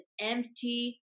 empty